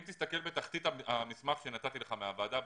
אם תסתכל בתחתית המסמך שנתתי לך מהוועדה הבין-משרדית,